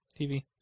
TV